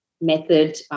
method